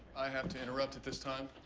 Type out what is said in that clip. i have to interrupt at this time.